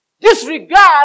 disregard